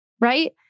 Right